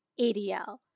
ADL